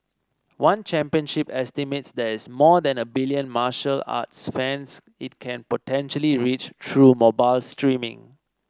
one Championship estimates there is more than a billion martial arts fans it can potentially reach through mobile streaming